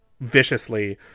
viciously